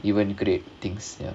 even create things ya